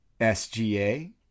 SGA